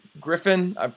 Griffin